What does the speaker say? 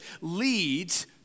leads